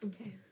Okay